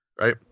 Right